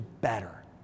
better